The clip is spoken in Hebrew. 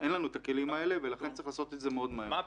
עוד אין לנו את הכלים האלה ולכן צריך לעשות את זה מאוד מהר.